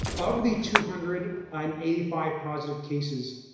of the two hundred and eighty five positive cases,